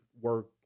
work